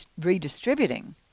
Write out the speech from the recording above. redistributing